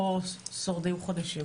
פה שורדים חודשים.